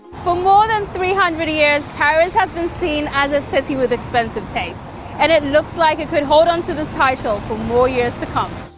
for more than three hundred years, paris has been seen as a city with expensive tastes and it looks like it could hold on to this title for more years to come.